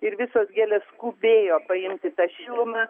ir visos gėlės skubėjo paimti tą šilumą